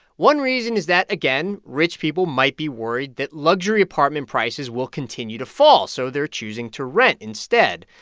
one reason is that, again, rich people might be worried that luxury apartment prices will continue to fall, so they're choosing to rent instead.